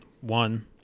one